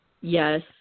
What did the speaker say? yes